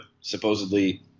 supposedly